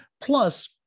plus